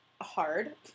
hard